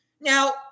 Now